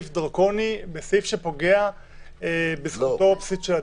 סעיף דרקוני שפוגע בזכותו הבסיסית של אדם.